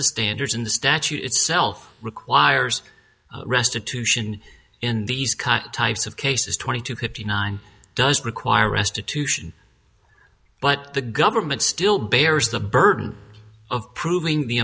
the standards in the statute itself requires restitution in these cut types of cases twenty to fifty nine does require restitution but the government still bears the burden of proving the